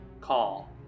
Call